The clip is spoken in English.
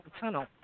tunnel